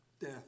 Death